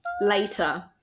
later